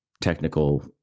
technical